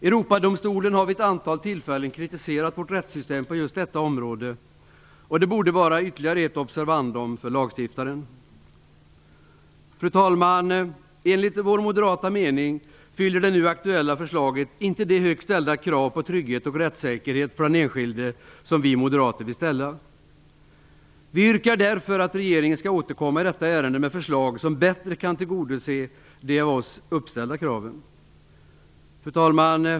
Europadomstolen har vid ett antal tillfällen kritiserat vårt rättssystem på just detta område, och det borde vara ytterligare ett observandum för lagstiftaren. Fru talman! Enligt vår moderata mening fyller det nu aktuella förslaget inte de högt ställda krav på trygghet och rättssäkerhet för den enskilde som vi moderater ställer. Vi yrkar därför att regeringen skall återkomma i detta ärende med förslag som bättre kan tillgodose de av oss uppställda kraven. Fru talman!